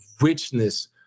richness